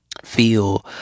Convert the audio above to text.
feel